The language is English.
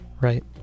Right